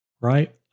right